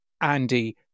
Andy